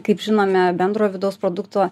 kaip žinome bendro vidaus produkto